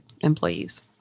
employees